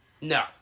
No